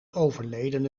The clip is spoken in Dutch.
overledene